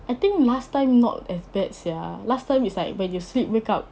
I think last time not as bad sia last time is like when you sleep wake up